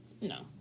no